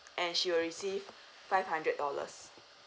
and she will receive five hundred dollars